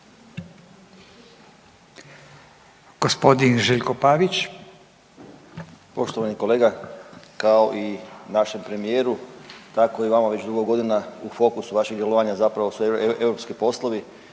Gospodin Željko Pavić.